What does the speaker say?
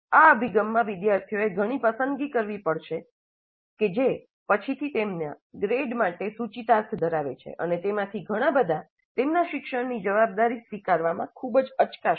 આ અભિગમમાં વિદ્યાર્થીઓએ ઘણી પસંદગીઓ કરવી પડશે કે જે પછીથી તેમના ગ્રેડ માટે સૂચિતાર્થ ધરાવે છે અને તેમાંથી ઘણા તેમના શિક્ષણની જવાબદારી સ્વીકારવામાં ખૂબ જ અચકાશે